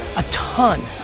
a ton.